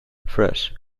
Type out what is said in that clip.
fresh